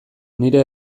nire